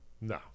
No